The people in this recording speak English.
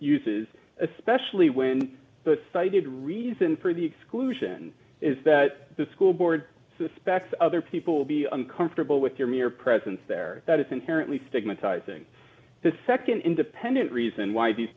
uses especially when the cited reason for the exclusion is that the school board suspects other people will be uncomfortable with their mere presence there that is inherently stigmatizing the nd independent reason why these